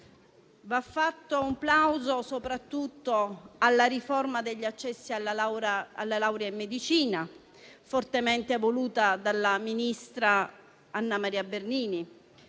Va fatto un plauso soprattutto alla riforma degli accessi alla laurea in medicina, fortemente voluta dalla ministra Anna Maria Bernini.